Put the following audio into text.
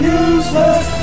useless